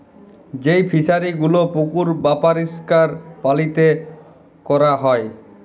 যেই ফিশারি গুলো পুকুর বাপরিষ্কার পালিতে ক্যরা হ্যয়